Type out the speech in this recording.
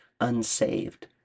unsaved